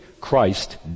Christ